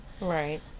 right